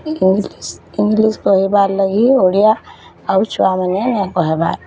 English English କହେବାର୍ ଲାଗି ଓଡ଼ିଆ ଆଉ ଛୁଆମାନେ ନାଇଁ କହେବାର୍